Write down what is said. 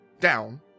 down